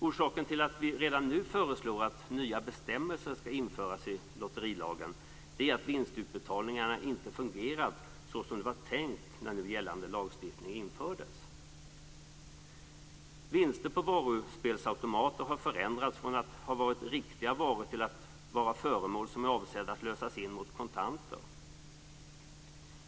Orsaken till att vi redan nu föreslår att nya bestämmelser skall införas i lotterilagen är att vinstutbetalningarna inte fungerat så som det var tänkt när nu gällande lagstiftning infördes. Vinster på varuspelsautomater har förändrats från att ha varit riktiga varor till att vara föremål som är avsedda att lösas in mot kontanter.